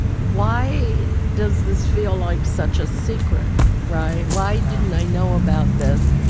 why does this feel like such a secret, right? why didn't i know about this?